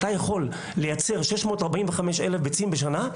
זה רשום בתקנה,